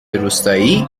روستایی